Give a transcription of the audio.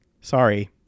sorry